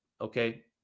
okay